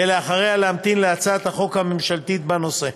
ולאחריה להמתין להצעת החוק הממשלתית בנושא.